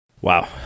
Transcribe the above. Wow